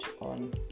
on